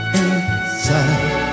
inside